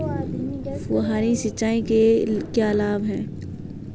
फुहारी सिंचाई के क्या लाभ हैं?